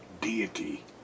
deity